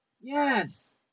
Yes